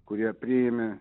kurie priėmė